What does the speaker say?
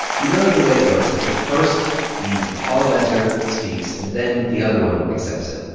you know that the way it works is that first the apologizer speaks, and then the other one accepts it